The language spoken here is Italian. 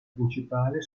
principale